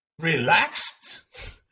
relaxed